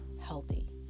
healthy